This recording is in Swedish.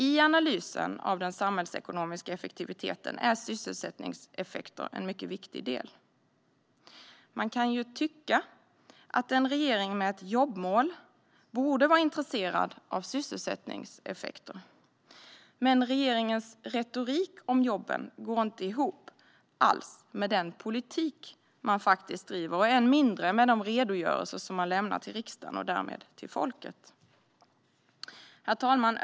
I analysen av den samhällsekonomiska effektiviteten är sysselsättningseffekter en mycket viktig del. Man kan ju tycka att en regering med ett jobbmål borde vara intresserad av sysselsättningseffekter. Men regeringens retorik om jobben går inte alls ihop med den politik som man faktiskt driver, och än mindre med de redogörelser som man lämnar till riksdagen och därmed till folket. Herr talman!